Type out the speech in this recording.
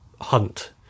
hunt